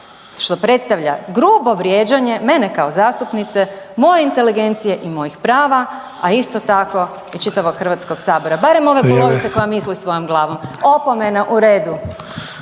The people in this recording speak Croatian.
što predstavlja grubo vrijeđanje mene kao zastupnice, moje inteligencije i mojih prava, a isto tako i čitavog Hrvatskog sabora barem ove polovice koja misli svojom glavom. Opomena u redu.